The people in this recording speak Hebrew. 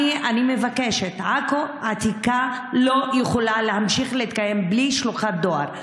אני מבקשת: עכו העתיקה לא יכולה להמשיך להתקיים בלי שלוחת דואר.